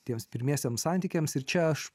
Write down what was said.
tiems pirmiesiems santykiams ir čia aš